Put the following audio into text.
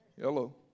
Hello